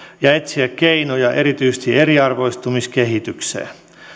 ja etsiä keinoja erityisesti eriarvoistumiskehitykseen